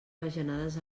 bajanades